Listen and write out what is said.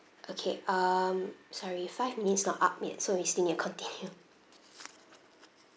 okay um sorry five minutes not up yet so you still need to continue